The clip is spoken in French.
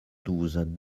douze